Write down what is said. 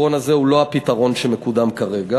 הפתרון הזה הוא לא הפתרון שמקודם כרגע.